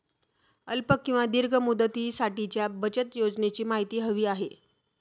अल्प किंवा दीर्घ मुदतीसाठीच्या बचत योजनेची माहिती हवी आहे